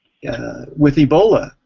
with ebola,